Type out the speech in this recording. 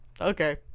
Okay